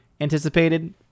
anticipated